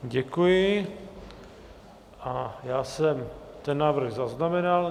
Děkuji, já jsem ten návrh zaznamenal.